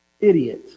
idiot